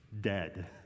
dead